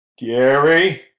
gary